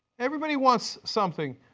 everybody wants something.